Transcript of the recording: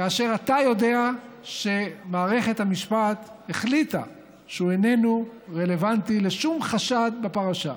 כאשר אתה יודע שמערכת המשפט החליטה שהוא איננו רלוונטי לשום חשד בפרשה.